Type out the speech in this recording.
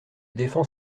défends